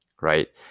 right